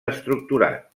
estructurat